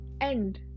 end